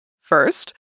First